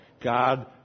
God